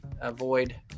avoid